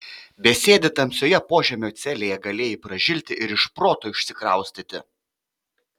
besėdint tamsioje požemio celėje galėjai pražilti ir iš proto išsikraustyti